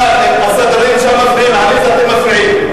אני לא מעוניין לחזור ולהסביר אותה.